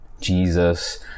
Jesus